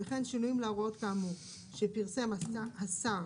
וכן שינויים להוראות כאמור שפרסם השר